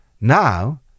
Now